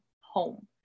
home